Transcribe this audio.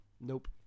Nope